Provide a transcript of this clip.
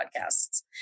podcasts